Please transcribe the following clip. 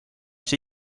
see